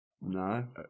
No